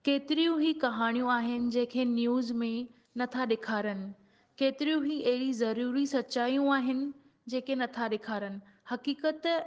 केतिरियूं ई कहाणीयूं आहिनि जंहिंखे न्यूज़ में नथा ॾेखारनि केतिरियूं ई अहिड़ी ज़रूरी सचाइयूं आहिनि जंहिंखे नथा ॾेखारनि हक़ीक़त